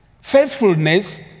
Faithfulness